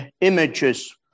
images